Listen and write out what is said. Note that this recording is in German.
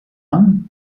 young